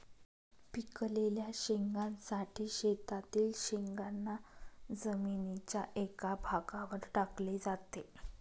पिकलेल्या शेंगांसाठी शेतातील शेंगांना जमिनीच्या एका भागावर टाकले जाते